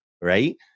right